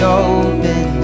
open